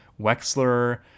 Wexler